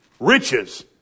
Riches